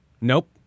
Nope